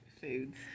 foods